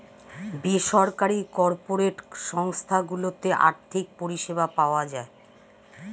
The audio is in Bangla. বেসরকারি কর্পোরেট সংস্থা গুলোতে আর্থিক পরিষেবা পাওয়া যায়